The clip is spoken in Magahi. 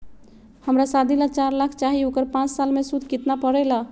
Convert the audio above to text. हमरा शादी ला चार लाख चाहि उकर पाँच साल मे सूद कितना परेला?